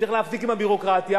צריך להפסיק עם הביורוקרטיה,